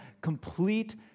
complete